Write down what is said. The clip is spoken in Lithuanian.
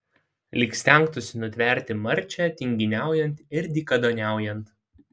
lyg stengtųsi nutverti marčią tinginiaujant ir dykaduoniaujant